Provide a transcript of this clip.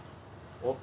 okay